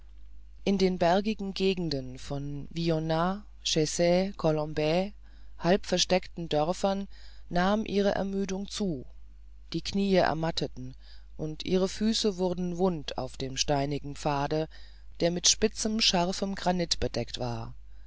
in den bergigen gegenden von vionnaz chesset collombay halb versteckten dörfern nahm ihre ermüdung zu die kniee ermatteten und ihre füße wurden wund auf dem steinigen pfade der mit spitzem scharfem granit bedeckt war